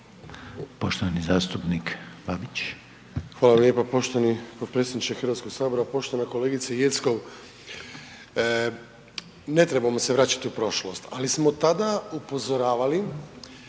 Poštovani zastupnik Babić.